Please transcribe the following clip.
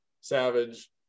Savage